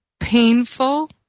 Painful